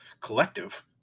collective